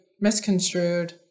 misconstrued